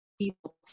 people